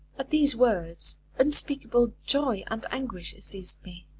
at these words unspeakable joy and anguish seized me.